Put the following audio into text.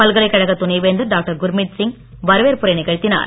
பல்கலைக்கழக துணைவேந்தர் டாக்டர் குர்மீத் சிங் வரவேற்புரை நிகழ்த்தினார்